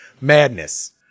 Madness